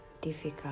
difficult